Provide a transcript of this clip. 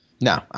No